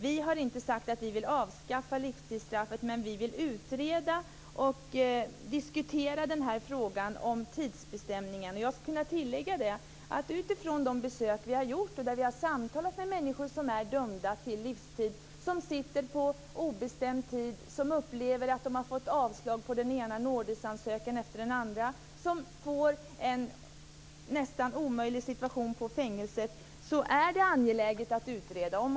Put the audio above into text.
Vi har inte sagt att vi vill avskaffa livstidsstraffet, men vi vill utreda och diskutera frågan om tidsbestämningen. Jag kan tillägga att vi har gjort besök där vi har samtalat med människor som är dömda till livstidsstraff. De sitter alltså på obestämd tid. Många har fått avslag på den ena nådeansökningen efter den andra och har en nästan omöjlig situation på fängelset. Det är angeläget att detta utreds.